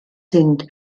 sind